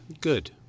Good